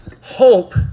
hope